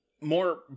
more